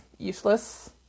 useless